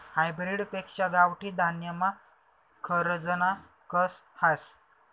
hybrid पेक्शा गावठी धान्यमा खरजना कस हास